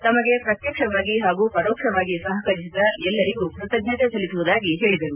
ತಮಗೆ ಪ್ರತ್ತಕ್ಷವಾಗಿ ಹಾಗೂ ಪರೋಕ್ಷವಾಗಿ ಸಹಕರಿಸಿದ ಎಲ್ಲರಿಗೂ ಕೃತಜ್ಞತೆ ಸಲ್ಲಿಸುವುದಾಗಿ ಹೇಳಿದರು